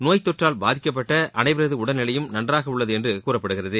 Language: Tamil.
நோய் தொற்றால் பாதிக்கப்பட்ட அனைவரது உடல்நிலையும் நன்றாக உள்ளது என்று கூறுப்படுகிறது